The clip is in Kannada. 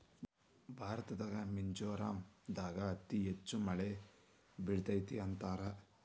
ಭಾರತದಾಗ ಮಿಜೋರಾಂ ದಾಗ ಅತಿ ಹೆಚ್ಚ ಮಳಿ ಬೇಳತತಿ ಅಂತಾರ